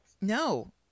No